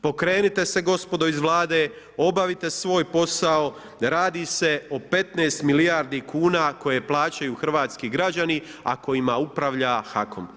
Pokrenite se gospodi iz Vlade, obavite svoj posao, radi se o 15 milijardi kuna koje plaćaju hrvatski građani, a kojima upravlja HAKOM.